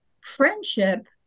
friendship